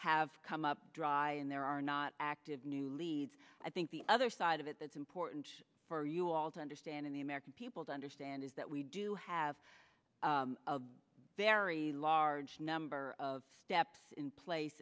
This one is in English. have come up dry and there are not acted new leads i think the other side of it that's important for you all to understand in the american people to understand is that we do have a very large number of steps in place